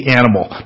animal